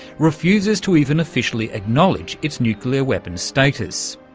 refuses to even officially acknowledge its nuclear weapons status.